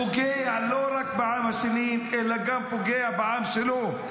פוגע לא רק בעם השני אלא גם פוגע בעם שלו.